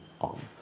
on